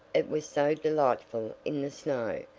it was so delightful in the snow.